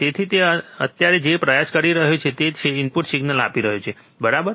તેથી તે અત્યારે જે પ્રયાસ કરી રહ્યો છે તે છે તે ઇનપુટ સિગ્નલ આપી રહ્યો છે બરાબર